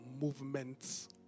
movements